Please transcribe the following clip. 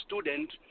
student